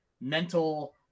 mental